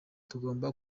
tugomba